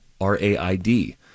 R-A-I-D